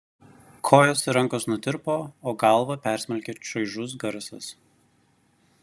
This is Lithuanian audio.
kojos ir rankos nutirpo o galvą persmelkė čaižus garsas